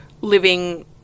living